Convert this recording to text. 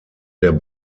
der